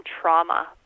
trauma